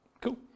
Cool